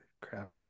crap